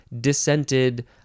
dissented